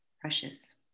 precious